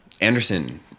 Anderson